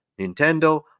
Nintendo